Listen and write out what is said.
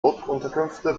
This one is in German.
notunterkünfte